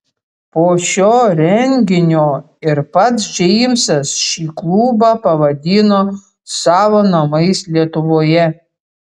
po šio renginio ir pats džeimsas šį klubą pavadino savo namais lietuvoje